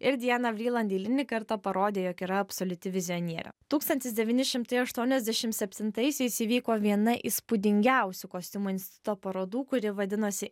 ir diana vryland eilinį kartą parodė jog yra absoliuti vizionierė tūkstantis devyni šimtai aštuoniasdešim septintaisiais įvyko viena įspūdingiausių kostiumų instituto parodų kuri vadinosi